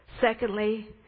secondly